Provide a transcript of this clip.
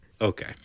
okay